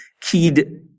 keyed